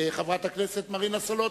חברת הכנסת מרינה סולודקין,